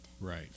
Right